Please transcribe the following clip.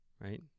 Right